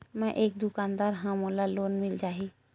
मै एक दुकानदार हवय मोला लोन मिल जाही?